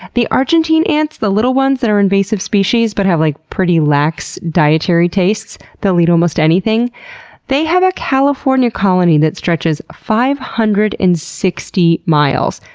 the argentine ants the little ones that are invasive species but have like pretty lax dietary tastes, they'll eat almost anything they have a california colony that stretches five hundred and sixty miles,